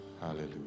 Hallelujah